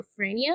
schizophrenia